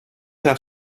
have